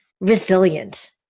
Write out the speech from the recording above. resilient